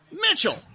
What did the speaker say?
Mitchell